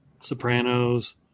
Sopranos